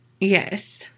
Yes